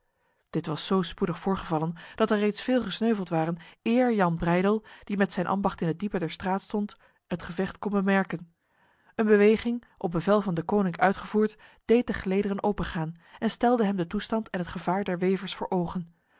dit was zo spoedig voorgevallen dat er reeds veel gesneuveld waren eer jan breydel die met zijn ambacht in het diepe der straat stond het gevecht kon bemerken een beweging op bevel van deconinck uitgevoerd deed de gelederen opengaan en stelde hem de toestand en het gevaar der wevers voor ogen